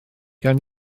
gawn